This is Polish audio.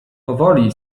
powoli